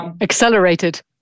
Accelerated